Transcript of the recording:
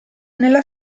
nella